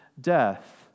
death